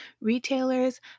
retailers